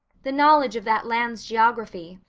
the knowledge of that land's geography.